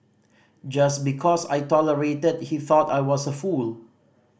just because I tolerated he thought I was a fool